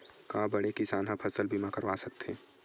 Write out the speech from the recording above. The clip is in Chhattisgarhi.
का बड़े किसान ह फसल बीमा करवा सकथे?